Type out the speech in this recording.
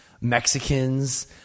Mexicans